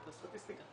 הסטטיסטיקה.